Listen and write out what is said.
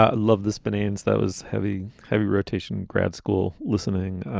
ah love, this benin's that was heavy, heavy rotation, grad school listening.